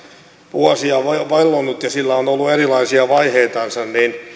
vuosia vellonut ja sillä on ollut erilaisia vaiheitansa niin on ehkä hyvä